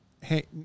Hey